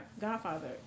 godfather